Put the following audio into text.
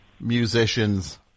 musicians